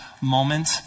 moment